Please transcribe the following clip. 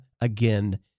again